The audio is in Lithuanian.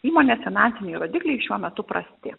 įmonės finansiniai rodikliai šiuo metu prasti